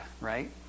right